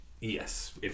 Yes